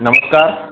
नमस्कार